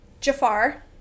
Jafar